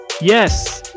Yes